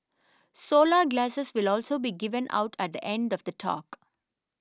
solar glasses will also be given out at the end of the talk